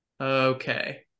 Okay